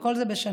וכל זה בשנה.